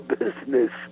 business